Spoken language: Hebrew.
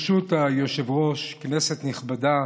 ברשות היושב-ראש, כנסת נכבדה,